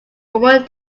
woman